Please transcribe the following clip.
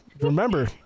Remember